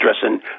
dressing